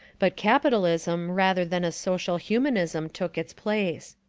but capitalism rather than a social humanism took its place.